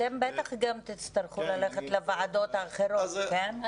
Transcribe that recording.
אתם בטח גם תצטרכו ללכת לוועדות האחרות, כן?